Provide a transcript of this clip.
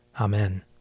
Amen